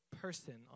person